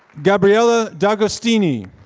gabriella d'agostini.